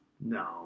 No